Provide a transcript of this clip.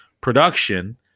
production